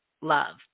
love